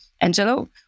Angelo